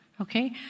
okay